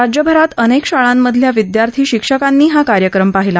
राज्यभरातही अनेक शाळांमधल्या विद्यार्थी शिक्षकांनी हा कार्यक्रम पाहिला